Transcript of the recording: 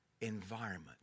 environment